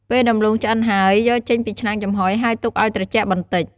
ពេលដំឡូងឆ្អិនហើយ យកចេញពីឆ្នាំងចំហុយ ហើយទុកឱ្យត្រជាក់បន្តិច។